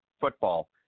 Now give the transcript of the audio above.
football